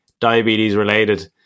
diabetes-related